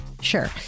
Sure